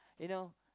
you know